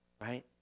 right